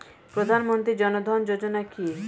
প্রধানমন্ত্রী জনধন যোজনা কি?